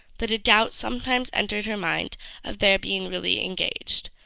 that a doubt sometimes entered her mind of their being really engaged,